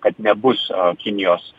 kad nebus a kinijos